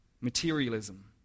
Materialism